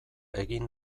egin